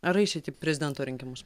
ar eisit į prezidento rinkimus